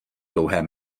dlouhé